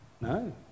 No